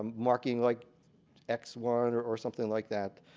marking like x one or or something like that,